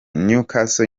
newcastle